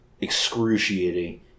excruciating